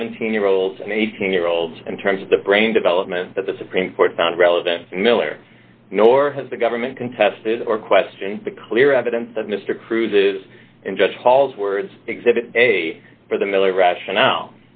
seventeen year olds and eighteen year olds in terms of the brain development that the supreme court found relevant miller nor has the government contested or question the clear evidence that mr cruz is in judge paul's words exhibit a for the miller rationale